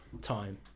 time